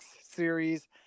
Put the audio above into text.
series